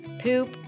poop